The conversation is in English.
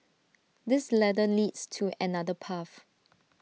this ladder leads to another path